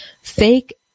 fake